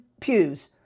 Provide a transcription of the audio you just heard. pews